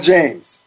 James